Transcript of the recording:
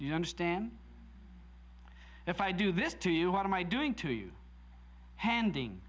you understand if i do this to you what am i doing to you handing